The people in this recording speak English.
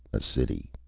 a city.